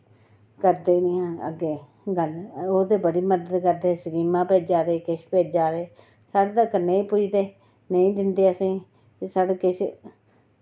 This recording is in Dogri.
करदे निं हैन अग्गें गल्ल ओह् ते बड़ी मदद करदे स्कीमां भेजा दे किश भेजा दे साढ़े तगर नेईं पुजदे नेईं दिंदे असें ई ते साढ़े किश